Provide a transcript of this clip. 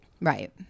right